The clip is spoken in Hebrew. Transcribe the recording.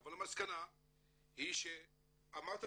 אבל המסקנה היא שאמרת אדוני,